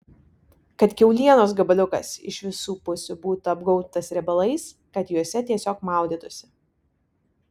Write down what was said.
kad kiaulienos gabaliukas iš visų pusių būtų apgaubtas riebalais kad juose tiesiog maudytųsi